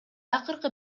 акыркы